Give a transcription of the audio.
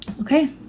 Okay